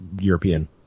European